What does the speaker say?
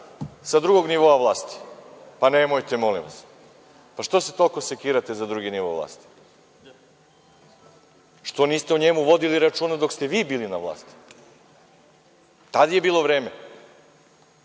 sa drugog nivoa vlasti? Pa, nemojte molim vas. Što se toliko sekirate za drugi nivo vlasti? Što niste o njemu vodili računa dok ste vi bili na vlasti? Tada je bilo vreme.